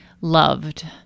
loved